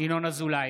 ינון אזולאי,